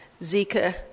Zika